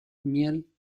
miel